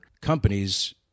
companies